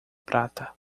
prata